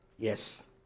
Yes